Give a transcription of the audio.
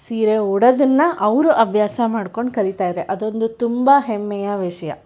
ಸೀರೆ ಉಡೋದನ್ನು ಅವರು ಅಭ್ಯಾಸ ಮಾಡ್ಕೊಂಡು ಕಲೀತಾರೆ ಅದೊಂದು ತುಂಬ ಹೆಮ್ಮೆಯ ವಿಷಯ